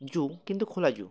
জু ক্তু খোলা জু